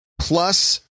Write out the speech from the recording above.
plus